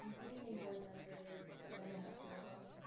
good evening board members, chairman dr. waltz.